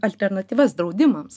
alternatyvas draudimams